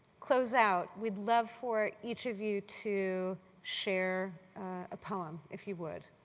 close out, we'd love for each of you to share a poem if you would.